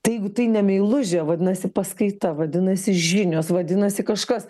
tai gu tai ne meilužė vadinasi paskaita vadinasi žinios vadinasi kažkas